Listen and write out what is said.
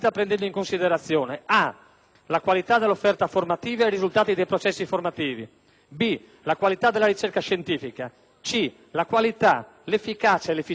la qualità dell'offerta formativa e i risultati dei processi formativi; *b)* la qualità della ricerca scientifica; *c)* la qualità, l'efficacia e l'efficienza delle sedi didattiche».